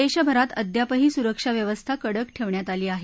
देशभरात अद्यापही सुरक्षा व्यवस्था कडक ठेवण्यात आली आहे